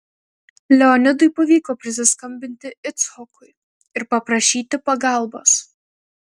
leonidui pavyko prisiskambinti icchokui ir paprašyti pagalbos